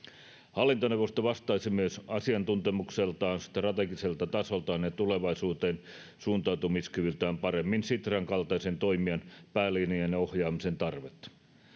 hallintoneuvosto vastaisi myös asiantuntemukseltaan strategiselta tasoltaan ja tulevaisuuteen suuntautumiskyvyltään paremmin sitran kaltaisen toimijan päälinjojen ohjaamisen tarvetta